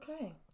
Okay